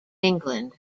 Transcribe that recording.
england